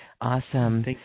Awesome